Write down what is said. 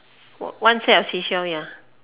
one set of seashell ya